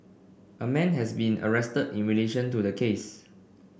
a man has been arrested in relation to the case